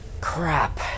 Crap